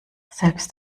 selbst